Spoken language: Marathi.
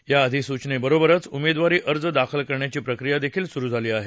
या अधिसूचनेबरोबरच उमेदवारी अर्ज दाखल करण्याची प्रक्रिया सुरु झाली आहे